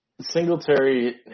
Singletary